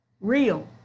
real